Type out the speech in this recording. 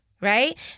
right